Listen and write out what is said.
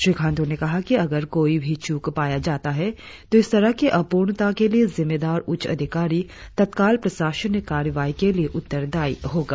श्री खाण्डू ने कहा कि अगर कोई भी चूक पाया जाता है तो इस तरह की अपूर्णता के लिए जिम्मेदार उच्च अधिकारी तत्काल प्रशासनिक कार्रवाई के लिए उत्तरदायी होगा